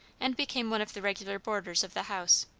and became one of the regular boarders of the house.